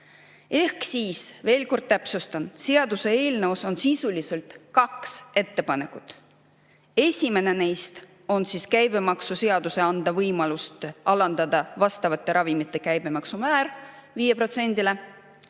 Ehk siis, veel kord täpsustan, seaduseelnõus on sisuliselt kaks ettepanekut. Esimene neist on käibemaksuseaduses anda võimalus alandada vastavate ravimite käibemaksu määr 5%-le.